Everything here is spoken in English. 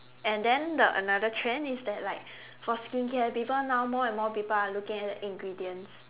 and then the another trend is that like for skin care people now more and more people are looking at the ingredients